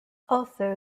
also